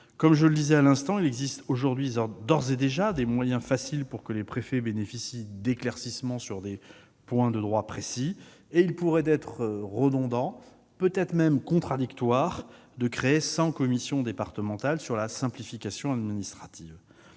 Comme je le disais à l'instant, il existe aujourd'hui d'ores et déjà des moyens faciles pour que les préfets bénéficient d'éclaircissements sur des points de droit précis ; il pourrait donc être redondant, voire un peu contradictoire, de créer cent commissions départementales sur la simplification administrative.